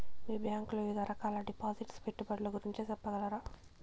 మీ bank లో వివిధ రకాల డిపాసిట్స్, పెట్టుబడుల గురించి సెప్పగలరా?